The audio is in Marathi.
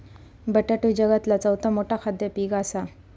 बटाटो जगातला चौथा मोठा खाद्य पीक असा